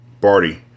Barty